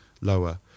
Lower